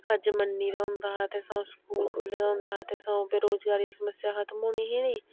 अज्ज मन्नी गेदा होंदा ते सगुआं स्कूल खुल्ले दा होंदा हा इत्थें सगुआं बेरोज़गारी दी समस्या खतम होनी ही नेही